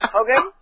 okay